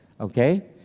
Okay